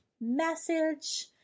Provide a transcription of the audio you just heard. message